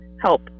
help